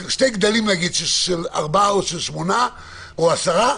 שני גדלים של 4 או 8 או 10,